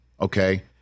Okay